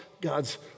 God's